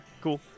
cool